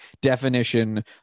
definition